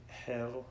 hell